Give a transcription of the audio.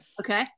Okay